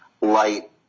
light